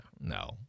No